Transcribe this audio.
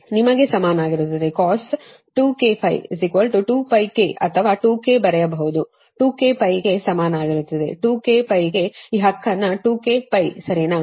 ನಿಮಗೆ ಸಮನಾಗಿರುತ್ತದೆ cos 2kπ 2 k ಅಥವಾ 2 k ಬರೆಯಬಹುದು 2kπ ಗೆ ಸಮನಾಗಿರುತ್ತದೆ 2kπ ಗೆ ಈ ಹಕ್ಕನ್ನು 2kπ ಸರಿನಾ